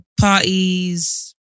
parties